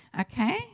Okay